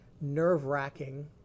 nerve-wracking